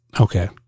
Okay